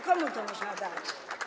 Komu to można dać?